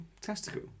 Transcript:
Testicle